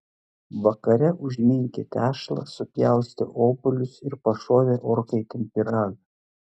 vakare užminkė tešlą supjaustė obuolius ir pašovė orkaitėn pyragą